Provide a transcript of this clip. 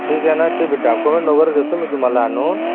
ठीक आहे ना ते डाकुमेंट वगैरे देतो मी तुम्हाला आणून